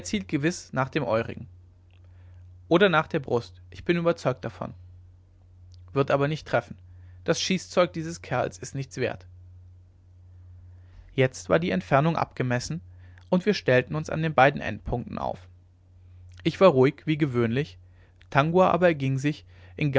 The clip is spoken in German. gewiß nach dem eurigen oder nach der brust ich bin überzeugt davon wird aber nicht treffen das schießzeug dieser kerls ist nichts wert jetzt war die entfernung abgemessen und wir stellten uns an den beiden endpunkten auf ich war ruhig wie gewöhnlich tangua aber erging sich